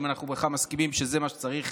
אם אנחנו בכלל מסכימים שזה מה שצריך